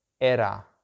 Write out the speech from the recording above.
Era